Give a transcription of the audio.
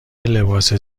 لباس